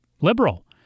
liberal